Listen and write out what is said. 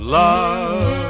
love